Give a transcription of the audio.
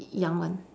young one